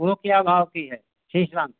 वह क्या भाव की है शीशम